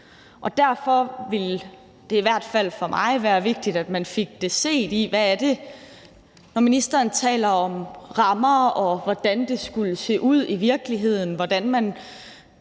Og derfor ville det i hvert fald for mig være vigtigt, at man fik set på, hvad det er, når ministeren taler om rammer og om, hvordan det skulle se ud i virkeligheden. Så ville man